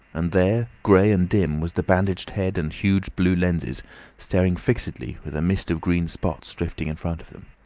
and there, grey and dim, was the bandaged head and huge blue lenses staring fixedly, with a mist of green spots drifting in front of them.